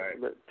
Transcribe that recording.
Right